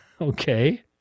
Okay